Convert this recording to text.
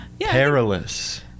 Perilous